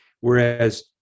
whereas